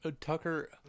Tucker